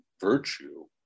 virtue